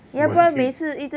my kids